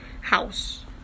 house